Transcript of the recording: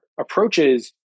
approaches